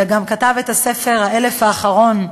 וגם כתב את הספר "האלף האחרון"